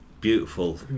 beautiful